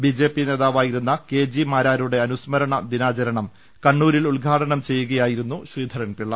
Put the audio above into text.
BJP നേതാവായിരുന്ന K G മാരാരുടെ അനുസ്മരണ ദിനാചരണം കണ്ണൂരിൽ ഉദ്ഘാടനം ചെയ്യുകയായിരുന്നു ശ്രീധരൻപിള്ള